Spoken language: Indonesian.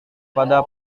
pada